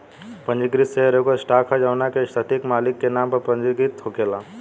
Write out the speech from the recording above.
पंजीकृत शेयर एगो स्टॉक ह जवना के सटीक मालिक के नाम पर पंजीकृत होखेला